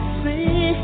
see